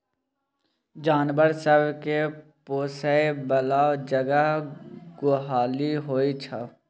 जानबर सब केँ पोसय बला जगह गोहाली होइ छै